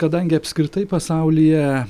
kadangi apskritai pasaulyje